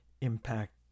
impact